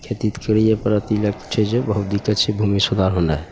खेती तऽ करैए पड़त ई लैके बहुत दिक्कत छै जे भूमि सुधार होनाइ